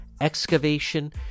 excavation